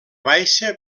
baixa